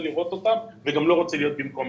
לראות אותם נופלים וגם לא רוצה להיות במקומם.